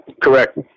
Correct